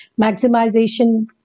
maximization